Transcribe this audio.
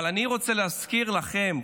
אבל אני רוצה להזכיר לכם,